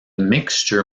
mixture